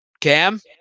Cam